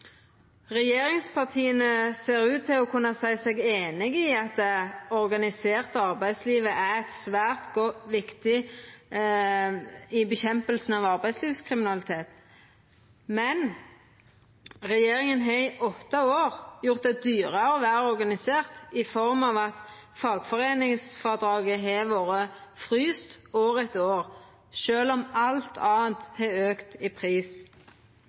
Regjeringspartia ser ut til å kunna seia seg einig i at eit organisert arbeidsliv er svært viktig i kampen mot arbeidslivskriminalitet, men regjeringa har i åtte år gjort det dyrare å vera organisert, i form av at fagforeiningsfrådraget har vore frose år etter år, sjølv om alt anna har auka i pris.